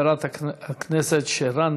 חברת הכנסת שֶרָן